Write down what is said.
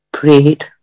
prayed